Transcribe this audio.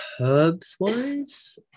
Herbs-wise